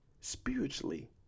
spiritually